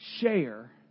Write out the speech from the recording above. share